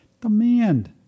Demand